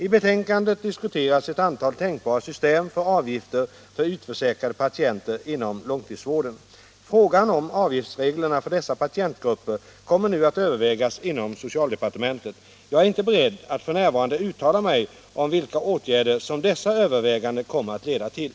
I betänkandet diskuteras ett antal tänkbara system för avgifter för utförsäkrade patienter inom långtidsvården. Frågan om avgiftsreglerna för dessa patientgrupper kommer nu att övervägas inom socialdepartementet. Jag är inte beredd att f. n. uttala mig om vilka åtgärder som dessa överväganden kommer att leda till.